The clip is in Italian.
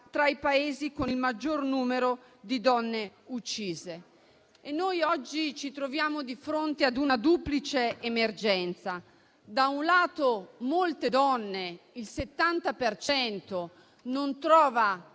tra i Paesi con il maggior numero di donne uccise. Noi oggi ci troviamo di fronte ad una duplice emergenza: da un lato, molte donne, il 70 per